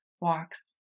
walks